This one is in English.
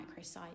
microsite